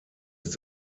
ist